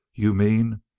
you mean,